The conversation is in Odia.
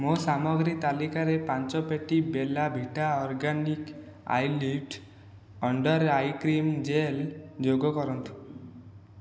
ମୋ' ସାମଗ୍ରୀ ତାଲିକାରେ ପାଞ୍ଚ ପେଟି Bella Vita organic eyelift under eye cream gel ଯୋଗ କରନ୍ତୁ